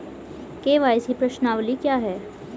KYC प्रश्नावली क्या है?